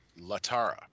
Latara